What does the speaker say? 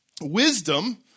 Wisdom